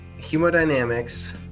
hemodynamics